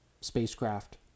spacecraft